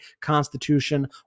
Constitution